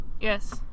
Yes